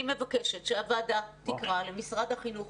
אני מבקשת שהוועדה תקרא למשרד החינוך